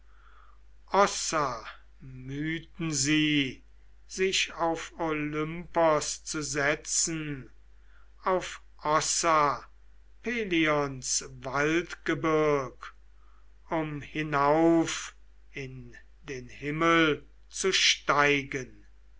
mühten sie sich auf olympos zu setzen auf ossa pelions waldgebirg um hinauf in den himmel zu steigen